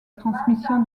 transmission